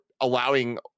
allowing